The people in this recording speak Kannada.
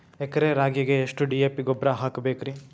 ಎಕರೆ ರಾಗಿಗೆ ಎಷ್ಟು ಡಿ.ಎ.ಪಿ ಗೊಬ್ರಾ ಹಾಕಬೇಕ್ರಿ?